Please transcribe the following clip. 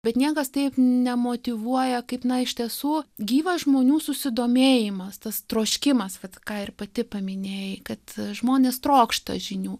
bet niekas taip nemotyvuoja kaip na iš tiesų gyvas žmonių susidomėjimas tas troškimas vat ką ir pati paminėjai kad žmonės trokšta žinių